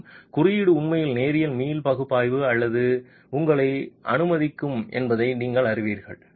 மேலும் குறியீடு உண்மையில் நேரியல் மீள் பகுப்பாய்வு செய்ய உங்களை அனுமதிக்கும் என்பதை நீங்கள் அறிவீர்கள்